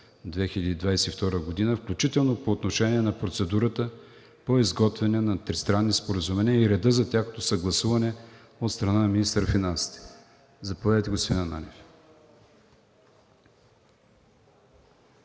2022 г., включително по отношение на процедурата по изготвяне на тристранни споразумения и реда за тяхното съгласуване от страна на министъра на финансите. Заповядайте, господин Ананиев.